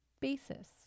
basis